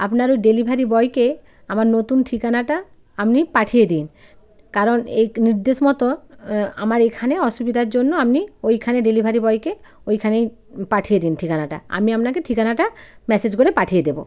আপনার ওই ডেলিভারি বয়কে আমার নতুন ঠিকানাটা আপনি পাঠিয়ে দিন কারণ এই নির্দেশ মতো আমার এইখানে অসুবিধার জন্য আপনি ওইখানে ডেলিভারি বয়কে ওইখানেই পাঠিয়ে দিন ঠিকানাটা আমি আমনাকে ঠিকানাটা মেসেজ করে পাঠিয়ে দেবো